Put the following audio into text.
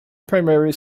primary